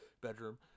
bedroom